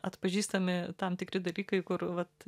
atpažįstami tam tikri dalykai kur vat